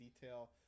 detail